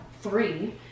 three